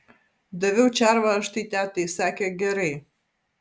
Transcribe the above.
daviau červą aš tai tetai sakė gerai